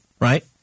right